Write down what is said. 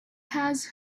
has